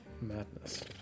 madness